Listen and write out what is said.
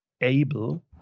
able